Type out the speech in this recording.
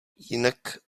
jinak